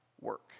work